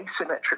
asymmetric